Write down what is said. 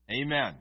Amen